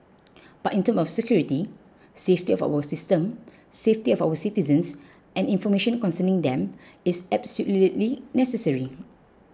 but in terms of security safety of our system safety of our citizens and information concerning them it's absolutely necessary